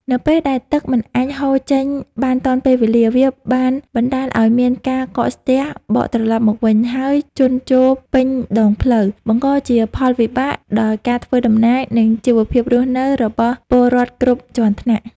នៅពេលដែលទឹកមិនអាចហូរចេញបានទាន់ពេលវេលា វាបានបណ្តាលឱ្យមានការកកស្ទះបកត្រឡប់មកវិញ ហើយជន់ជោរពេញដងផ្លូវ បង្កជាផលវិបាកដល់ការធ្វើដំណើរ និងជីវភាពរស់នៅរបស់ពលរដ្ឋគ្រប់ជាន់ថ្នាក់។